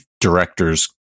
director's